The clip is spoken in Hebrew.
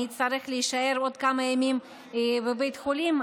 אצטרך להישאר עוד כמה ימים בבית חולים,